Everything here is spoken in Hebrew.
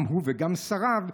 גם הוא וגם שריו,